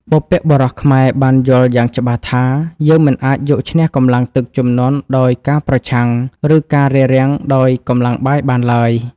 បុព្វបុរសខ្មែរបានយល់យ៉ាងច្បាស់ថា យើងមិនអាចយកឈ្នះកម្លាំងទឹកជំនន់ដោយការប្រឆាំង ឬការរារាំងដោយកម្លាំងបាយបានឡើយ។